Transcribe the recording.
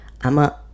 i'ma